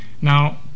Now